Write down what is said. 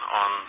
on